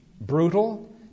brutal